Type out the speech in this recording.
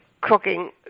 cooking